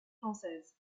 française